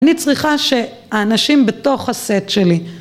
אני צריכה שהאנשים בתוך הסט שלי